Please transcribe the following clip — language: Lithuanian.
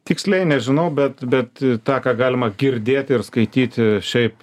tiksliai nežinau bet bet tą ką galima girdėti ir skaityti šiaip